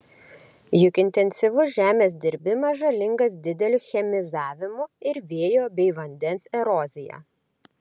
juk intensyvus žemės dirbimas žalingas dideliu chemizavimu ir vėjo bei vandens erozija